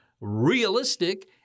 realistic